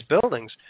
buildings